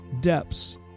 depths